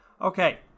Okay